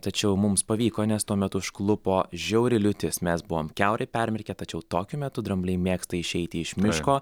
tačiau mums pavyko nes tuomet užklupo žiauri liūtis mes buvome kiaurai permirkę tačiau tokiu metu drambliai mėgsta išeiti iš miško